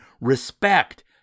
respect